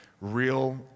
real